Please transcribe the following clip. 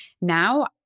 Now